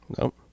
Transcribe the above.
Nope